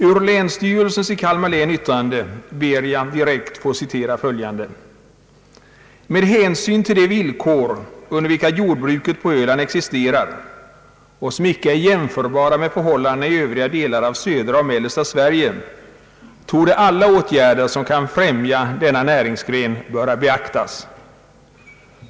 Ur länsstyrelsens i Kalmar län yttrande ber jag att direkt få citera följande: »Med hänsyn till de villkor, under vilka jordbruket på Öland existerar och som icke är jämförbara med förhållandena i övriga delar av södra och mellersta Sverige, torde alla åtgärder, som kan främja denna näringsgren, böra beaktas.